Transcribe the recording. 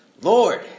Lord